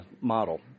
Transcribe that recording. model